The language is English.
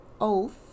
oath